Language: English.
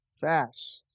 fast